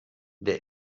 der